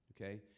okay